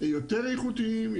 יותר איכותיים,